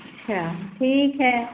अच्छा ठीक है